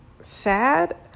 sad